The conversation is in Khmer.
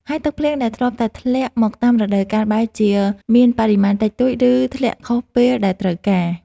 ហើយទឹកភ្លៀងដែលធ្លាប់តែធ្លាក់មកតាមរដូវកាល បែរជាមានបរិមាណតិចតួច ឬធ្លាក់ខុសពេលដែលត្រូវការ។